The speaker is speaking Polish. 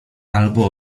albo